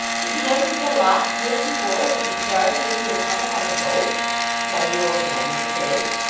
did you never see a locksmith before, that you start as if you had come upon a ghost cried the old man in the chaise,